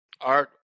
art